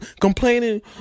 Complaining